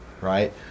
Right